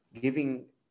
giving